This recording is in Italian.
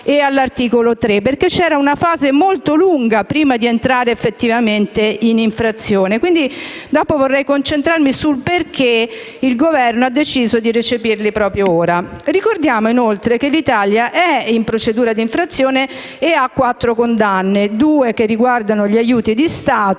agli articoli 1 e 3), perché c'è una fase molto lunga prima di entrare effettivamente in infrazione. Dopo vorrei concentrarmi sul perché il Governo abbia deciso di recepirli proprio ora. Ricordiamo inoltre che l'Italia è in procedura di infrazione ed ha quattro condanne, due che riguardano gli aiuti di Stato